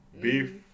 beef